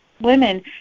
women